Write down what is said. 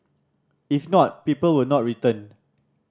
if not people will not return